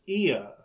ear